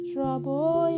trouble